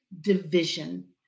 division